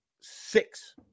six